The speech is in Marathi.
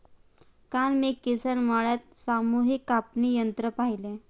काल मी किसान मेळ्यात सामूहिक कापणी यंत्र पाहिले